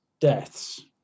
deaths